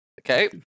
Okay